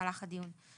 במהלך הדיון.